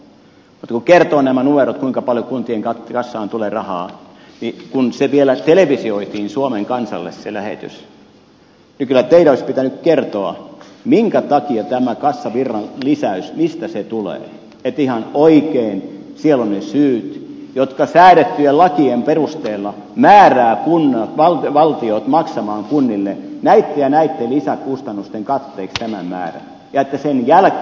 mutta kun kertoo nämä numerot kuinka paljon kuntien kassaan tulee rahaa ja kun vielä televisioitiin suomen kansalle se lähetys niin kyllä teidän olisi pitänyt kertoa minkä takia tämä kassavirran lisäys mistä se tulee että ihan oikein siellä ovat ne syyt jotka säädettyjen lakien perusteella määräävät valtion maksamaan kunnille näitten ja näitten lisäkustannusten katteeksi tämän määrän ja että sen jälkeen te sitten leikkaatte sen